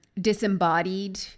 disembodied